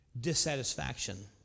dissatisfaction